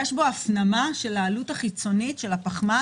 יש בו הפנמה של העלות החיצונית של הפחמן.